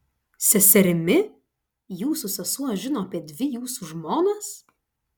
seserimi jūsų sesuo žino apie dvi jūsų žmonas